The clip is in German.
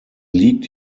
liegt